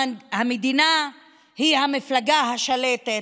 המדינה היא המפלגה השלטת,